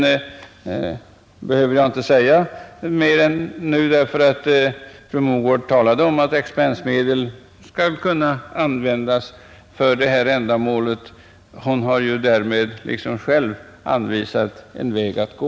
Jag behöver inte säga mera nu, därför att fru Mogård talade om att expensmedel skall kunna användas för detta ändamål. Hon har ju därmed själv anvisat en väg att gå.